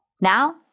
Now